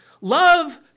Love